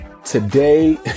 Today